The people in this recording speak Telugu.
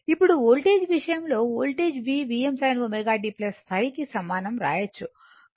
ఇప్పుడు వోల్టేజ్ విషయంలో voltage v Vm sin ω t ϕ కు సమానం రాయొచ్చు